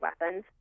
weapons